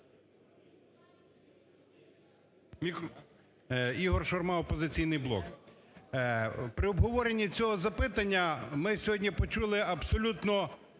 Ігор Шурма. "Опозиційний блок". При обговоренні цього запитання ми сьогодні почули абсолютно